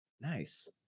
Nice